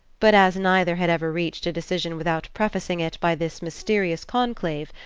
but as neither had ever reached a decision without prefacing it by this mysterious conclave,